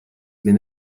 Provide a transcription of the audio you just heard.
been